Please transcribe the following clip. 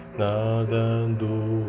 nadando